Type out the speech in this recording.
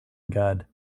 god